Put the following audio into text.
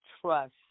trust